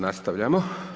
Nastavljamo.